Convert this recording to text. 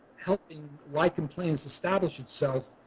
helping lichen planus establish itself.